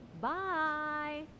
Bye